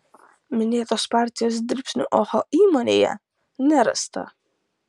minėtos partijos dribsnių oho įmonėje nerasta